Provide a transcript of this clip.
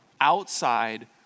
outside